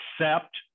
accept